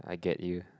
I get you